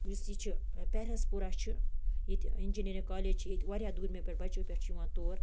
یُس یہِ چھِ پیرہَسپوٗرا چھِ ییٚتہِ اِنجیٖنٔرِنٛگ کالیج چھِ ییٚتہِ واریاہ دوٗرِمیو پٮ۪ٹھ بچو پٮ۪ٹھ چھِ یِوان تور